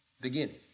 beginning